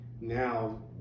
Now